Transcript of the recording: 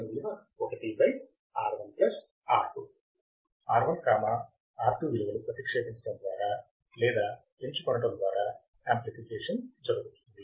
R1 R2 విలువలు ప్రతిక్షేపిమ్చటం ద్వారా లేదా ఎంచుకోనటం ద్వారా యామ్ప్లిఫికేషన్ జరుగుతుంది